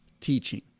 teaching